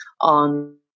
on